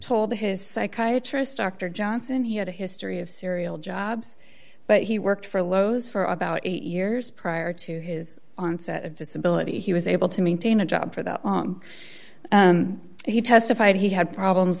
told his psychiatry starter johnson he had a history of serial jobs but he worked for lowe's for about eight years prior to his onset of disability he was able to maintain a job for that long and he testified he had problems